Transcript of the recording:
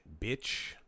bitch